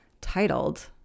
titled